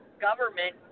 government